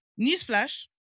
Newsflash